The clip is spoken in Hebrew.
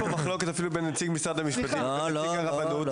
מחלוקת אפילו בין נציג משרד המשפטים לנציג הרבנות.